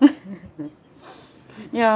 ya